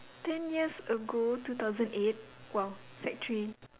ten years ago two thousand eight !wow! sec three